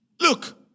Look